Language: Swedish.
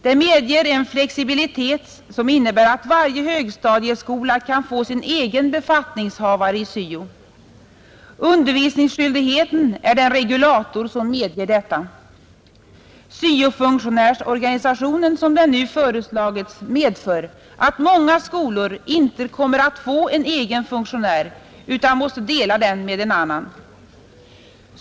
Det medger en flexibilitet som innebär att varje högstadieskola kan få sin egen befattningshavare i syo. Undervisningsskyldigheten är den regulator som medger detta. Syo-funktionärsorganisationen, som den nu föreslagits, medför att många skolor inte kommer att få en egen funktionär utan måste dela funktionär med en annan.